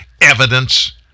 evidence